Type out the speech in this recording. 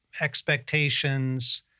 expectations